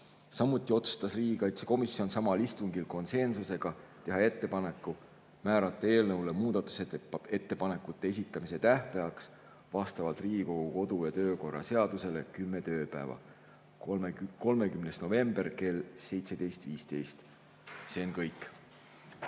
Samuti tegi riigikaitsekomisjon samal istungil konsensusega otsuse teha ettepanek määrata eelnõu muudatusettepanekute esitamise tähtajaks vastavalt Riigikogu kodu‑ ja töökorra seadusele 10 tööpäeva, 30. november kell 17.15. See on kõik.